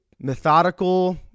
methodical